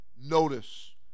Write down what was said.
notice